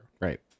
Right